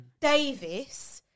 Davis